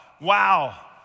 wow